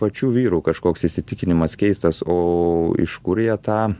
pačių vyrų kažkoks įsitikinimas keistas o iš kur jie tą